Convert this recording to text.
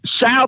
south